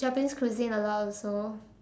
Japanese cuisine a lot also